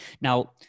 Now